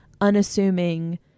unassuming